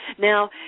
Now